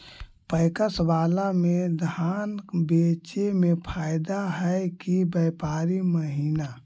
PACS बाला में धान बेचे मे फायदा है कि व्यापारी महिना?